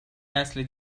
نسل